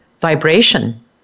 vibration